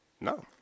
No